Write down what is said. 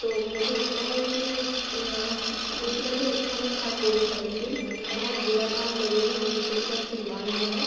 तो मुझे लगता है कि उतना भी अच्छा नहीं था कोविड नाइंटीन बहुत बुरा था हम लोगों के भविष्य के साथ खिलवाड़ हुआ है